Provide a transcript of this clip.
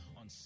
on